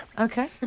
Okay